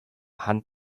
hand